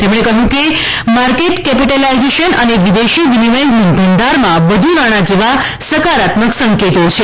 તેમણે કહ્યું કે માર્કેટકેપિટલાઈઝેશન અને વિદેશી વિનિમથ ભંડ઼ારમાં વધુ નાણા જેવા સકારાત્મક સંકેતો છે